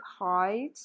hide